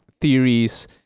theories